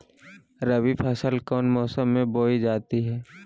रबी फसल कौन मौसम में बोई जाती है?